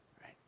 right